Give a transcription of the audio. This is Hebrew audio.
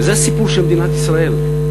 וזה הסיפור של מדינת ישראל,